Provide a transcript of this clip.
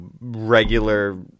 regular